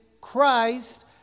Christ